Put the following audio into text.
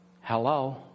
Hello